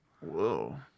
whoa